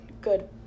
good